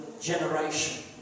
generation